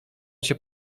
się